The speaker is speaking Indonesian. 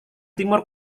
timur